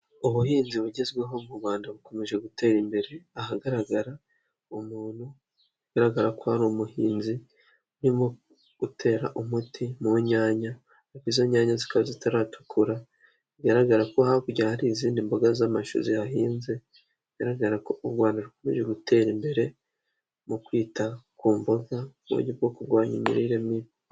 Ubuhinzi bugezweho mu Rwanda bukomeje gutera imbere, ahagaragara umuntu bigaragara ko ari umuhinzi uimo gutera umuti mu nyanya izo nyanya zikaba zitaratukura bigaragara ko hakurya hari izindi mboga z'amashu zihahinze bigaragara ko u rwanda rukomeje gutera imbere mu kwita ku mboga uburyo bwo kurwanya imirire mibi.